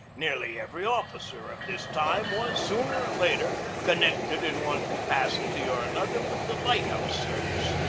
nearly every officer of this time was, sooner or later, connected in one capacity or another with the light house service.